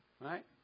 Right